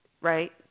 Right